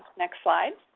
next slide.